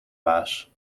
baas